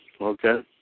okay